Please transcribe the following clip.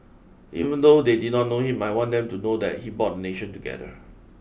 even though they did not know him I want them to know that he bought nation together